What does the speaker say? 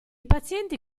pazienti